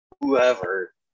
whoever